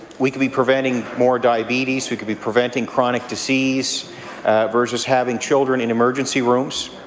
we could be preventing more diabetes we could be preventing chronic disease versus having children in emergency rooms,